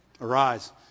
Arise